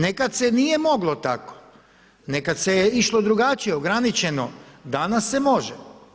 Nekad se nije moglo tako, nekad se išlo drugačije, ograničeno, danas se može.